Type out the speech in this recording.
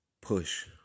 push